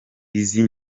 izi